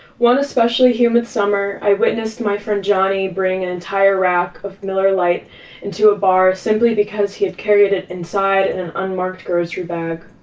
one especially humid summer, i witnessed my friend johnny bring an entire rack of miller lite into a bar simply because he had carried it inside in and an unmarked grocery bag.